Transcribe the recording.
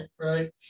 right